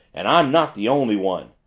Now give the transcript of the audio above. and i'm not the only one.